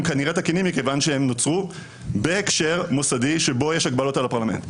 כנראה תקינים מכיוון שהם נוצרו בהקשר מוסדי שבו יש הגבלות על הפרלמנט.